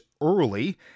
early